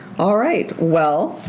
alright, well,